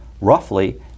roughly